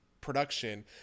production